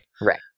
right